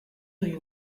you